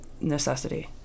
necessity